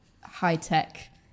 high-tech